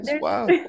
Wow